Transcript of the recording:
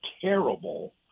terrible